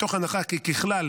מתוך הנחה כי ככלל,